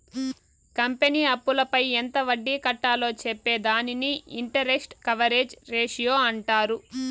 company అప్పులపై ఎంత వడ్డీ కట్టాలో చెప్పే దానిని ఇంటరెస్ట్ కవరేజ్ రేషియో అంటారు